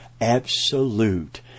absolute